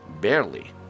Barely